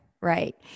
Right